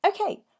okay